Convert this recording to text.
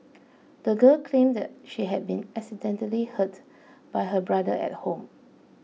the girl claimed that she had been accidentally hurt by her brother at home